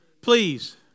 Please